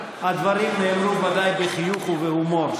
הדברים נאמרו ודאי בחיוך ובהומור,